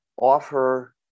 offer